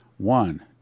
One